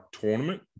tournament